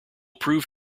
prove